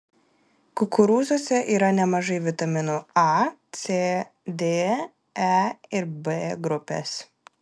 kukurūzuose yra nemažai vitaminų a c d e ir b grupės